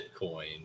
Bitcoin